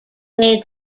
made